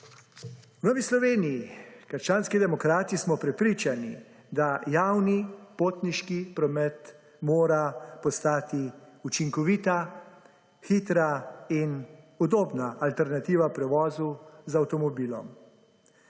V Novi Sloveniji-Krščanski demokrati smo prepričani, da javni potniški promet mora postati učinkovita, hitra in udobna alternativa prevozu z avtomobilom.